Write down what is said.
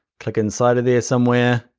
click inside of there somewhere,